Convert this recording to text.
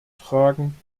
tragen